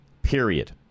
Period